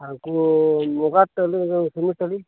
ᱟᱨ ᱩᱱᱠᱩ